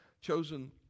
chosen